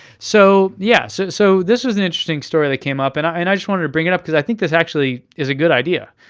so yeah so so this was an interesting story that came up, and i and i just want to bring it up because i think this actually is a good idea.